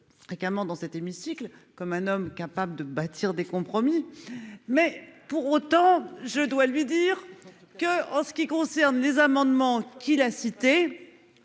Également dans cet hémicycle comme un homme capable de bâtir des. Compromis. Mais pour autant je dois lui dire que en ce qui concerne les amendements qui a cité.